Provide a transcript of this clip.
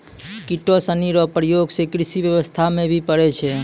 किटो सनी रो उपयोग से कृषि व्यबस्था मे भी पड़ै छै